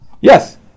Yes